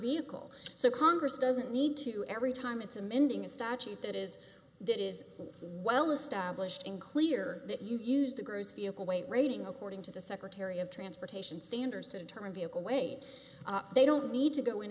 vehicles so congress doesn't need to every time it's amending a statute that is it is well established in clear that you use the grocer vehicle weight rating according to the secretary of transportation standards to determine vehicle weight they don't need to go in